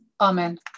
amen